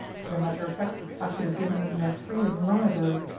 as a matter of fact, i should have given them their freedom long ago,